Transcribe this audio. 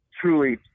truly